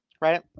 right